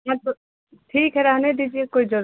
अब ठीक है रहने दीजिए कोई ज़रू